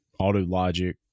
AutoLogic